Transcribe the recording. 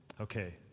okay